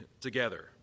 together